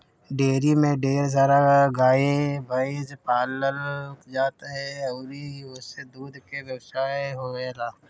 dairy में ढेर सारा गाए भइस पालल जात ह अउरी ओसे दूध के व्यवसाय होएला